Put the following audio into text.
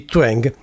Twang